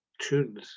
tunes